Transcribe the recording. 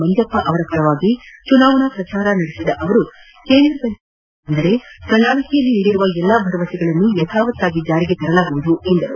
ಮಂಜಪ್ವ ಅವರ ಪರವಾಗಿ ಚುನಾವಣಾ ಪ್ರಚಾರ ನಡೆಸಿದ ಅವರು ಕೇಂದ್ರದಲ್ಲಿ ಕಾಂಗ್ರೆಸ್ ಅಧಿಕಾರಕ್ಕೆ ಬಂದರೆ ಪ್ರಣಾಳಿಕೆಯಲ್ಲಿ ನೀಡಿರುವ ಎಲ್ಲ ಭರವಸೆಗಳನ್ನು ಯಥಾವತ್ತಾಗಿ ಜಾರಿಗೆ ತರಲಾಗುವುದು ಎಂದರು